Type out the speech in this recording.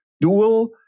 Dual